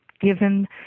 given